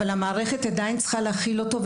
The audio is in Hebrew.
אבל המערכת תדע אם היא צריכה להכיל אותו,